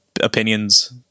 opinions